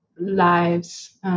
lives